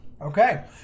Okay